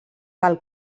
del